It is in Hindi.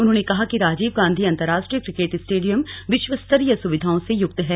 उन्होंने कहा कि राजीव गांधी अन्तर्राष्ट्रीय किकेट स्टेडियम विश्वस्तरीय सुविधाओं से युक्त है